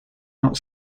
not